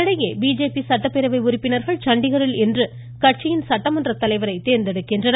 இதனிடையே பிஜேபி சட்டப்பேரவை உறுப்பினர்கள் சண்டிகரில் இன்று கட்சியின் சட்டமன்றத் தலைவரை தேர்ந்தெடுக்க உள்ளனர்